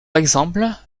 exemple